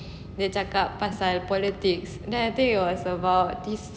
dia cakap pasal the politics then I think it was about this